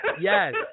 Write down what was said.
Yes